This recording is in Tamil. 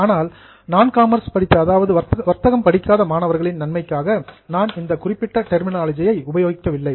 ஆனால் நான் காமர்ஸ் வர்த்தகம் படிக்காத மாணவர்களின் நன்மைக்காக நான் இந்த குறிப்பிட்ட ட்டர்மினோலஜி சொல்லை உபயோகிக்கவில்லை